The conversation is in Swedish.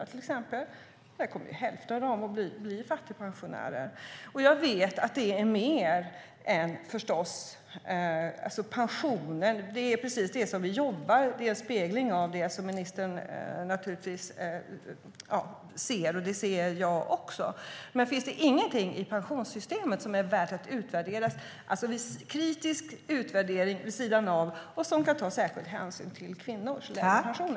Till exempel kommer hälften av kvinnor födda 1954 att bli fattigpensionärer. Pensionerna är en spegling av hur vi jobbar. Det ser förstås ministern, och det ser också jag.